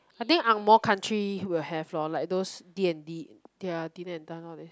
I think ang-moh country will have lor like those D and D ya dinner and dance all this